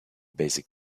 basic